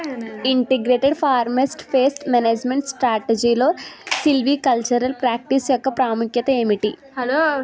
Integrated forest pest management స్ట్రాటజీలో silvicultural practice యెక్క ప్రాముఖ్యత ఏమిటి??